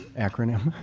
acronym?